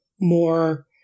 more